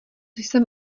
jsem